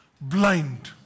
blind